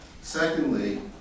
Secondly